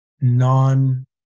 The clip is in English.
non